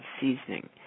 seasoning